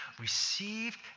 received